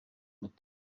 amatora